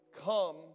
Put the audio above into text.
come